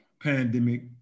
pandemic